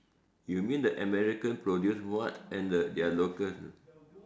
you mean the American produce what and the their locals uh